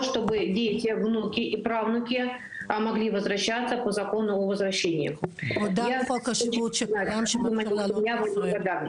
אני מודה על חוק השבות שמאפשר לעלות לישראל.